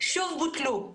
שוב בוטלו.